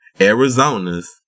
Arizona's